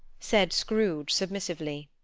said scrooge submissively,